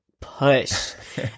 push